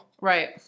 right